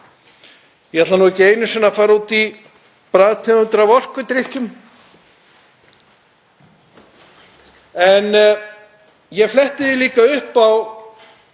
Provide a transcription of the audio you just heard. Ég ætla ekki einu sinni að fara út í bragðtegundir af orkudrykkjum. En ég fletti því upp á